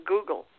Google